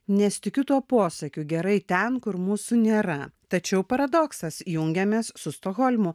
nes tikiu tuo posakiu gerai ten kur mūsų nėra tačiau paradoksas jungiamės su stokholmu